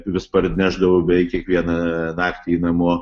vis parnešdavau beveik kiekvieną naktį namo